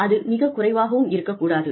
அது மிகக் குறைவாகவும் இருக்கக் கூடாது